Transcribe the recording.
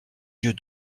yeux